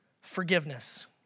forgiveness